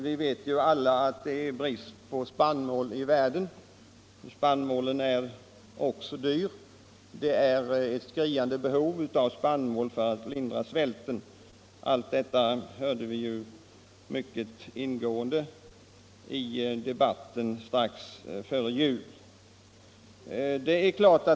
Vi vet alla att det råder brist på spannmål i världen — det är ett skriande behov av Spannmål för att lindra svälten — och att spannmålen också är dyr. Allt detta hörde vi ju om mycket ingående i debatten strax före jul.